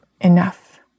enough